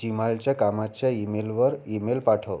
जिमालच्या कामाच्या ईमेलवर ईमेल पाठव